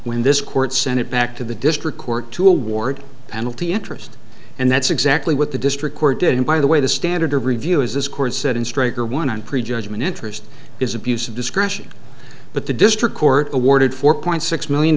when this court sent it back to the district court to award penalty interest and that's exactly what the district court did and by the way the standard of review is this court said in stryker one prejudgment interest is abuse of discretion but the district court awarded four point six million